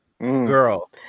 girl